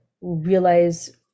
realize